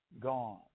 gone